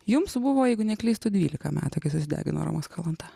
jums buvo jeigu neklystu dvylika metų kai susidegino romas kalanta